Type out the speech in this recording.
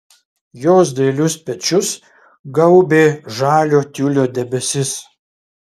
jos dailius pečius gaubė žalio tiulio debesis